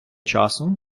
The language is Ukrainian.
часу